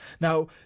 Now